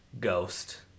Ghost